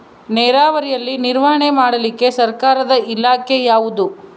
ನೇರಾವರಿಯಲ್ಲಿ ನಿರ್ವಹಣೆ ಮಾಡಲಿಕ್ಕೆ ಸರ್ಕಾರದ ಇಲಾಖೆ ಯಾವುದು?